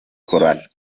coral